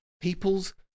people's